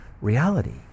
reality